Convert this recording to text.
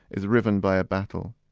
is riven by a battle.